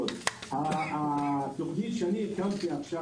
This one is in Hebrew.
התוכנית שעשינו עכשיו,